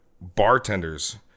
bartenders